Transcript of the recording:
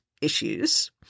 issues